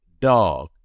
dog